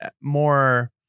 more